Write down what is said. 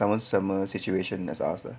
sama sama situation as us ah